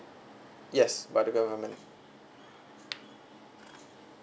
yes by the government